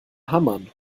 hamann